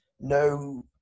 no